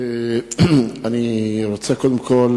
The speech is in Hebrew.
אני רוצה קודם כול